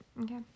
Okay